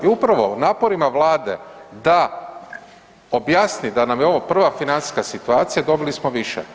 I upravo u naporima Vlade da objasni da nam je ovo prva financijska situacija dobili smo više.